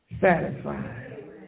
satisfied